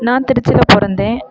நான் திருச்சியில் பிறந்தேன்